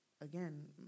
again